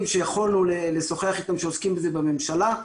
שיכולנו לשוחח איתם שעוסקים בזה בממשלה.